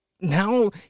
Now